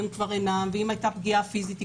הם כבר אינם ואם הייתה פגיעה פיזית,